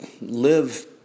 live